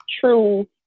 true